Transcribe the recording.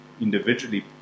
individually